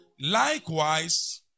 Likewise